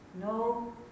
No